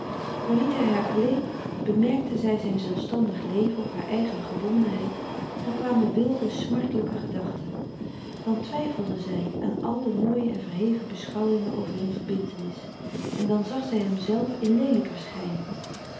liet hij haar alleen bemerkte zij zijn zelfstandig leven of haar eigen gebondenheid dan kwamen wilde smartelijke gedachten dan twijfelde zij aan al de mooie en verheven beschouwingen over hun verbintenis en dan zag zij hem zelf in leelijker schijn